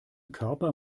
körper